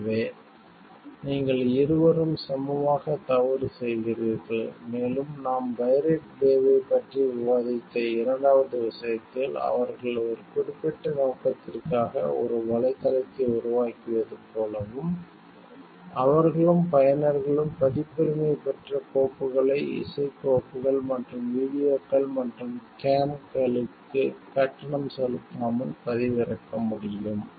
எனவே நீங்கள் இருவரும் சமமாக தவறு செய்கிறீர்கள் மேலும் நாம் பைரேட் பேவைப் பற்றி விவாதித்த இரண்டாவது விஷயத்தில் அவர்கள் ஒரு குறிப்பிட்ட நோக்கத்திற்காக ஒரு வலைத்தளத்தை உருவாக்கியது போலவும் அவர்களும் பயனர்களும் பதிப்புரிமை பெற்ற கோப்புகளை இசைக் கோப்புகள் மற்றும் வீடியோக்கள் மற்றும் கேம்களுக்கு கட்டணம் செலுத்தாமல் பதிவிறக்க முடியும்